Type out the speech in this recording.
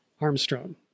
Armstrong